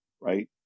right